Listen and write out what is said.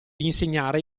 insegnare